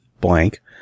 blank